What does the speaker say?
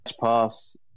pass